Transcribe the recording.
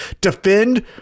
defend